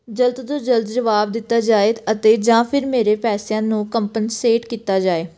ਜਲਦ ਤੋਂ ਜਲਦ ਜਵਾਬ ਦਿੱਤਾ ਜਾਵੇ ਅਤੇ ਜਾਂ ਫਿਰ ਮੇਰੇ ਪੈਸਿਆਂ ਨੂੰ ਕੰਪਨਸੇਟ ਕੀਤਾ ਜਾਵੇ